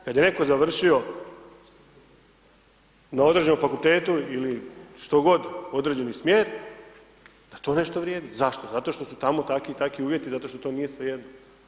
Kad je netko završio na određenom fakultetu ili što god, određeni smjer, da to nešto vrijedi, zašto, zato što su tamo takvi i takvi uvjeti, zato što to nije svejedno.